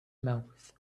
mouth